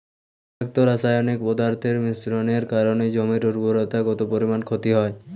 বিষাক্ত রাসায়নিক পদার্থের মিশ্রণের কারণে জমির উর্বরতা কত পরিমাণ ক্ষতি হয়?